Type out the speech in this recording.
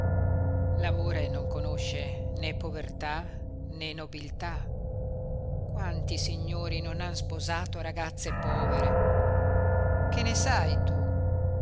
l'amore non conosce né povertà né nobiltà quanti signori non han sposato ragazze povere che ne sai tu